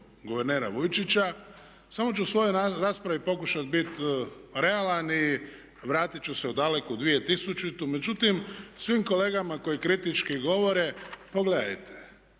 guvernera Vujčića. Samo ću u svojoj raspravi pokušati biti realan i vratit ću se u daleku 2000. Međutim, svim kolegama koji kritički govore pogledajte.